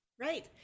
Right